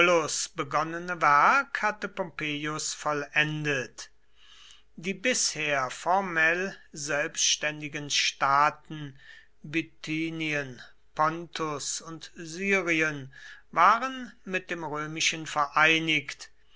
hatte pompeius vollendet die bisher formell selbständigen staaten bithynien pontus und syrien waren mit dem römischen vereinigt